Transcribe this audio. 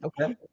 Okay